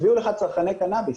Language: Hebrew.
הצביעו לך צרכני קנאביס,